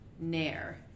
nair